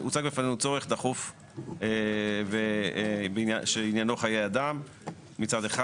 הוצג בפנינו צורך דחוף שעניינו חיי אדם מצד אחד.